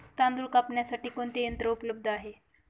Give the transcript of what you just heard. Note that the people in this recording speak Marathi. तांदूळ कापण्यासाठी कोणते यंत्र उपलब्ध आहे?